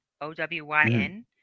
O-W-Y-N